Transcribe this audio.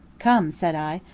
come, said i,